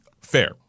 Fair